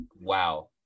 wow